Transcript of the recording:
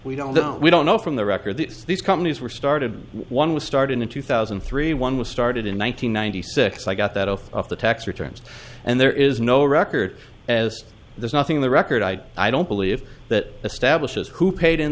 we don't we don't know from the record the these companies were started one was started in two thousand and three one was started in one nine hundred ninety six i got that off of the tax returns and there is no record as there's nothing in the record i i don't believe that establishes who paid in